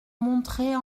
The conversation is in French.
montrer